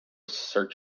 search